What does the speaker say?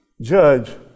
judge